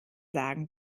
sagen